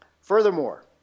Furthermore